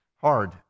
hard